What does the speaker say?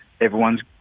everyone's